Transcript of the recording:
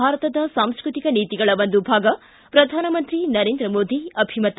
ಭಾರತದ ಸಾಂಸ್ಕೃತಿಕ ನೀತಿಗಳ ಒಂದು ಭಾಗ ಪ್ರಧಾನಮಂತ್ರಿ ನರೇಂದ್ರ ಮೋದಿ ಅಭಿಮತ